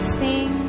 sing